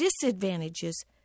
disadvantages